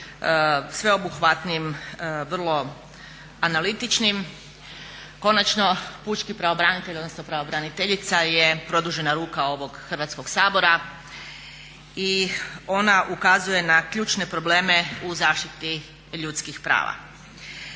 sveobuhvatnim, vrlo analitičnim. Konačno pučki pravobranitelj, odnosno pravobraniteljica je produžena ruka ovog Hrvatskog sabora i ona ukazuje na ključne probleme u zaštiti ljudskih prava.